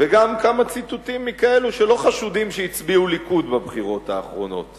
וגם כמה ציטוטים מכאלו שלא חשודים שהצביעו ליכוד בבחירות האחרונות.